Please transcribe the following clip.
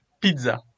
Pizza